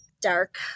dark